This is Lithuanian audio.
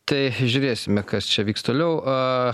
tai žiūrėsime kas čia vyks toliau a